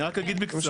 אני רק אגיד בקצרה.